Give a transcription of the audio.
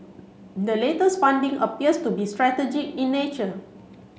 the latest funding appears to be strategic in nature